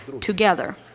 together